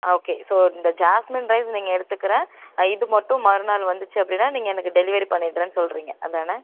okay so இந்த jasmine rice நீங்கள் எடுத்துக்கிற இது மட்டும் மறுநாள் வந்துச்சு அப்படினா நீங்கள் எனக்கு டெலிவரி பண்ணிவிடுறேன் சொல்லுறீங்க அதானே